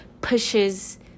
pushes